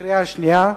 בקריאה שנייה.